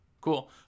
Cool